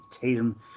Tatum